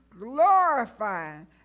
glorifying